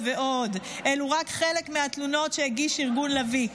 אלו רק חלק מהתלונות שהגיש ארגון לביא,